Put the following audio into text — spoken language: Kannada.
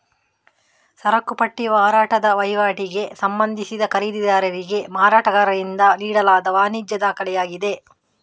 ಸರಕು ಪಟ್ಟಿ ಮಾರಾಟದ ವಹಿವಾಟಿಗೆ ಸಂಬಂಧಿಸಿದ ಖರೀದಿದಾರರಿಗೆ ಮಾರಾಟಗಾರರಿಂದ ನೀಡಲಾದ ವಾಣಿಜ್ಯ ದಾಖಲೆಯಾಗಿದೆ